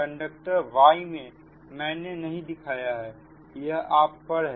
conductor Y मैंने नहीं दिखाया है यह आप पर है